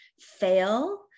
fail